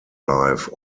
life